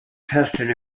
testing